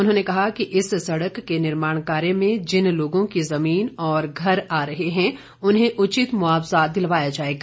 उन्होंने कहा कि इस सड़क के निर्माण कार्य में जिन लोगों की जमीन और घर आ रहे हैं उन्हें उचित मुआवजा दिलवाया जाएगा